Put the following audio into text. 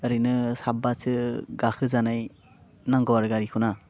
ओरैनो साबासो गाखो जानाय नांगौ आरो गारिखौ ना